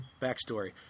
backstory